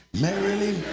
merrily